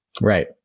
Right